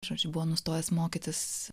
žodžiu buvo nustojęs mokytis